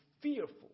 fearful